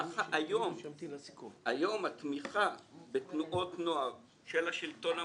ככה היום התמיכה בתנועות נוער של השלטון המקומי,